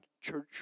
church